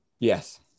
Yes